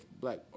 black